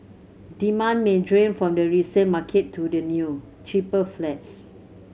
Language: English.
demand may drain from the resale market to the new cheaper flats